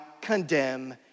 condemn